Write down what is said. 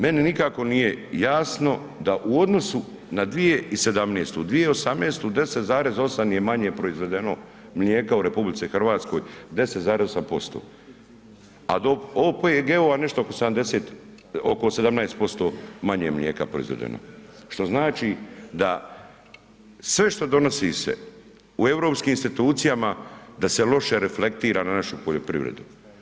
Meni nikako nije jasno da u odnosu na 2017., 2018. 10,8 je manje proizvedeno mlijeka u RH, 10,8% a OPG-ova nešto oko 17% manje mlijeka je proizvedeno što znači da sve što donosi se u europskim institucijama da se loše reflektira na našu poljoprivredu.